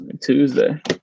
tuesday